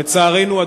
לצערנו,